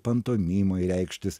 pantomimoj reikštis